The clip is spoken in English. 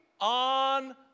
on